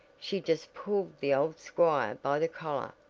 she just pulled the old squire by the collar.